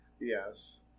Yes